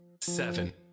seven